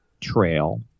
trail